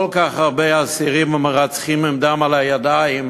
כך הרבה אסירים ומרצחים עם דם על הידיים